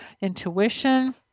intuition